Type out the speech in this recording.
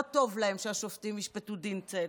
לא טוב להם שהשופטים ישפטו דין צדק,